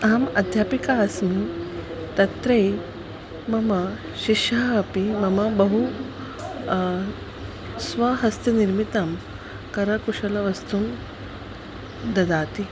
अहम् अध्यापिका अस्मि तत्र मम शिष्यः अपि मम बहु स्वहस्तिनिर्मितं करकुशलवस्तु ददाति